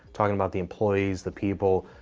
talking about the employees, the people.